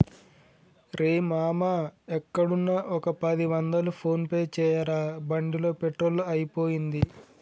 రేయ్ మామా ఎక్కడున్నా ఒక పది వందలు ఫోన్ పే చేయరా బండిలో పెట్రోల్ అయిపోయింది